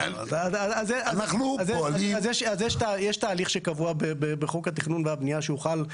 אז יש תהליך שקבוע בחוק התכנון והבנייה שהוא חל,